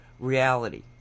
Reality